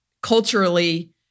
culturally